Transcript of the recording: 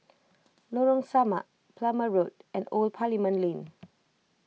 Lorong Samak Plumer Road and Old Parliament Lane